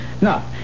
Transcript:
Now